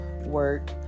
work